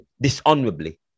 dishonorably